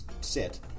sit